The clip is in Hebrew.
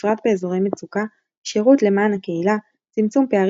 בפרט באזורי מצוקה; שירות למען הקהילה; צמצום פערים